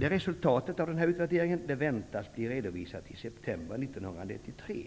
Resultatet väntas bli redovisat i september 1993.